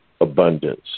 abundance